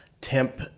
temp